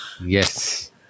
Yes